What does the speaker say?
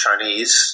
Chinese